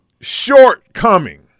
shortcoming